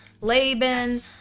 Laban